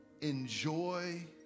Enjoy